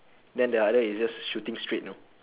then the other is just shooting straight